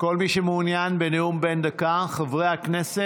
כל מי שמעוניין בנאום בן דקה, חברי הכנסת,